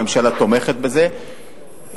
הממשלה תומכת בזה,